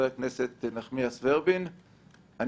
חברת הכנסת נחמיאס ורבין,